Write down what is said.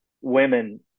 women